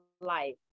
life